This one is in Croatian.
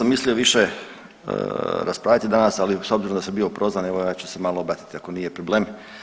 Nisam mislio više raspravljati danas, ali s obzirom da sam bio prozvan evo ja ću se malo ubaciti ako nije problem.